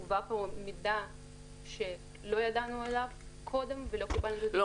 הובא לפה מידע שלא ידענו עליו קודם ולא קיבלנו -- לא,